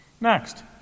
Next